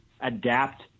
adapt